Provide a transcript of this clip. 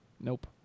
nope